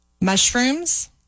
mushrooms